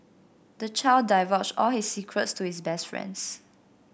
the child divulged all his secrets to his best friends